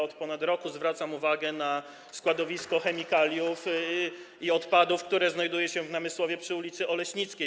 Od ponad roku zwracam uwagę na składowisko chemikaliów i odpadów, które znajduje się w Namysłowie przy ul. Oleśnickiej.